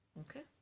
okay